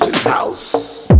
house